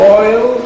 oil